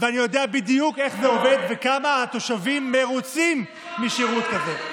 אני יודע בדיוק איך זה עובד וכמה התושבים מרוצים משירות כזה.